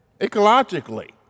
ecologically